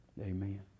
amen